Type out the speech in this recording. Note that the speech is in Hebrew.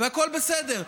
והכול בסדר.